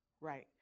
Right